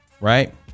right